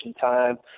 time